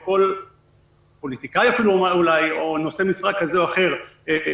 או כל פוליטיקאי או כל נושא משרה כזה או אחר מדליף